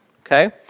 Okay